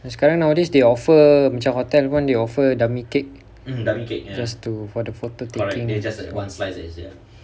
sekarang nowadays they offer macam hotel one they offer dummy cake just to for the photo taking